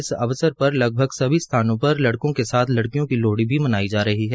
इस अवसर पर लगभग सभी स्थानों पर लड़कों के साथ लड़कियों की लोहड़ी भी मनाई जा रही है